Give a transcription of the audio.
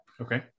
Okay